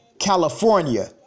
California